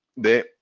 de